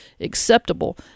acceptable